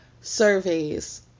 surveys